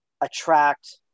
attract